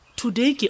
today